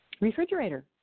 refrigerator